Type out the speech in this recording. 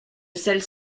celles